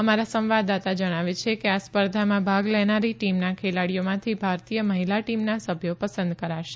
અમારા સંવાદદાતા જણાવે છે કે આ સ્પર્ધામાં ભાગ લેનારી ટીમના ખેલાડીઓમાંથી ભારતીય મહિલા ટીમના સભ્યો પસંદ કરાશે